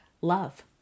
love